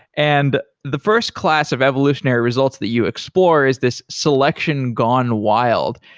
and the first class of evolutionary results that you explore is this selection gone wild.